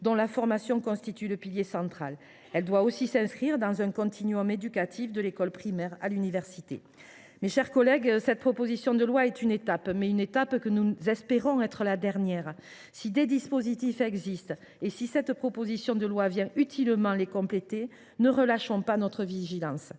dont la formation constitue le pilier central. Elle doit s’inscrire dans un continuum éducatif, de l’école primaire à l’université. Mes chers collègues, cette proposition de loi est une étape ; nous espérons qu’elle sera la dernière. Si des dispositifs existent et si cette proposition de loi vient utilement les compléter, ne relâchons pas notre vigilance.